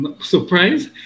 surprise